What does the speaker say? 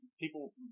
people